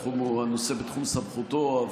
הנושא הוא בתחום סמכותו.